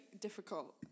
difficult